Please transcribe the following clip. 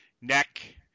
neck